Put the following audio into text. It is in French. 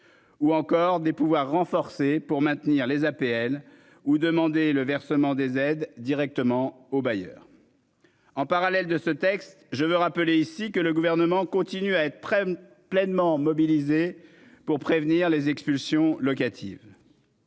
Ou encore des pouvoirs renforcés pour maintenir les APL ou demander le versement des aides directement au bailleur. En parallèle de ce texte. Je veux rappeler ici que le gouvernement continue à être prenne pleinement mobilisés pour prévenir les expulsions locatives.